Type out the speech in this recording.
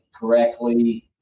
correctly